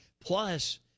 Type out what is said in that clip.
Plus